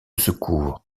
secours